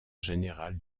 général